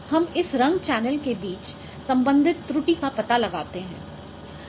हम इस रंग चैनल के बीच संबंधित त्रुटि का पता लगाते हैं